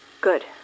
Good